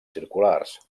circulars